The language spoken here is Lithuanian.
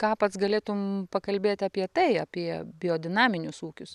ką pats galėtum pakalbėt apie tai apie biodinaminius ūkius